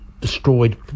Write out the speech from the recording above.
destroyed